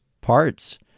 parts